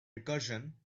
recursion